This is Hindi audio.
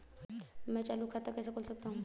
मैं चालू खाता कैसे खोल सकता हूँ?